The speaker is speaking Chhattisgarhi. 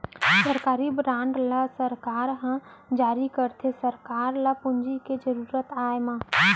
सरकारी बांड ल सरकार ह जारी करथे सरकार ल पूंजी के जरुरत आय म